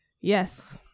Yes